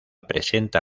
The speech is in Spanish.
presenta